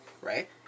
right